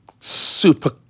super